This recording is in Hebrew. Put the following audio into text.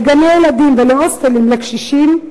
לגני-הילדים ולהוסטלים לקשישים,